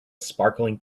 sparkling